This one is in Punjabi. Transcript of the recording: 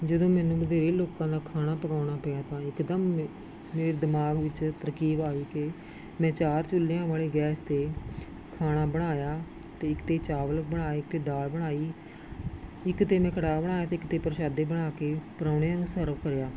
ਜਦੋਂ ਮੈਨੂੰ ਵਧੇਰੇ ਲੋਕਾਂ ਦਾ ਖਾਣਾ ਪਕਾਉਣਾ ਪਿਆ ਤਾਂ ਇਕਦਮ ਮੇ ਮੇਰੇ ਦਿਮਾਗ ਵਿੱਚ ਤਰਕੀਬ ਆਈ ਕਿ ਮੈਂ ਚਾਰ ਚੁੱਲ੍ਹਿਆਂ ਵਾਲੇ ਗੈਸ 'ਤੇ ਖਾਣਾ ਬਣਾਇਆ ਅਤੇ ਇੱਕ 'ਤੇ ਚਾਵਲ ਬਣਾਏ ਇੱਕ 'ਤੇ ਦਾਲ ਬਣਾਈ ਇੱਕ 'ਤੇ ਮੈਂ ਕੜਾਹ ਬਣਾਇਆ ਅਤੇ ਇੱਕ 'ਤੇ ਪ੍ਰਸ਼ਾਦੇ ਬਣਾ ਕੇ ਪ੍ਰਾਹੁਣਿਆਂ ਨੂੰ ਸਰਵ ਕਰਿਆ